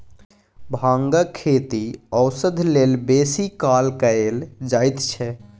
भांगक खेती औषध लेल बेसी काल कएल जाइत छै